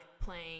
playing